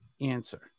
answer